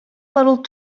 little